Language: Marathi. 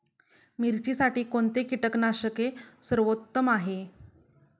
मिरचीसाठी कोणते कीटकनाशके सर्वोत्तम आहे?